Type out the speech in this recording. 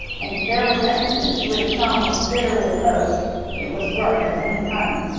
and if there was anything to which tom was bitterly opposed it was work of any kind.